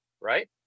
right